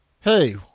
Hey